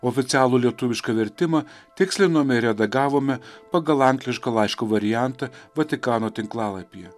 oficialų lietuvišką vertimą tikslinome ir redagavome pagal angliško laiško variantą vatikano tinklalapyje